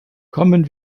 kommen